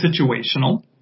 situational